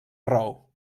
raó